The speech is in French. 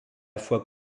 fois